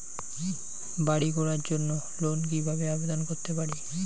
বাড়ি করার জন্য লোন কিভাবে আবেদন করতে পারি?